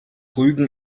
rügen